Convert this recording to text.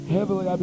Heavily